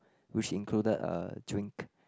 which included a drink